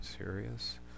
serious